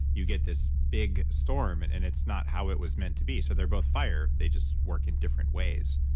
you get this big storm and and it's not how it was meant to be. so, they're both fire, they just work in different ways.